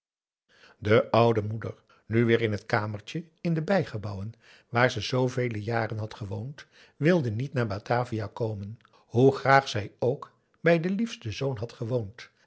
de oude moeder nu weer in het kamertje in de bijgebouwen waar ze zooveel jaren had gewoond wilde niet naar batavia komen hoe graag zij ook bij den liefsten zoon had gewoond